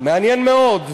"מעניין מאוד",